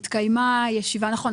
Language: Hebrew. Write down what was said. נכון.